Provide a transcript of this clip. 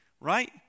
Right